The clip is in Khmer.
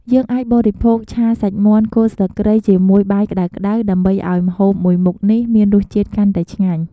យើងអាចបរិភោគឆាសាច់មាន់គល់ស្លឹកគ្រៃជាមួយបាយក្តៅៗ ដើម្បីឱ្យម្ហូបមួយមុខនេះមានរសជាតិកាន់តែឆ្ងាញ់។